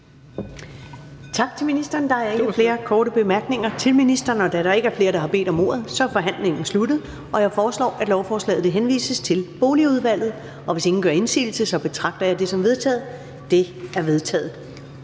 Tak til ministeren. Der er ikke flere korte bemærkninger til ministeren. Da der ikke er flere, der har bedt om ordet, er forhandlingen sluttet. Jeg foreslår, at lovforslaget henvises til Boligudvalget. Hvis ingen gør indsigelse, betragter jeg det som vedtaget. Det er vedtaget.